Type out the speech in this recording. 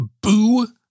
BOO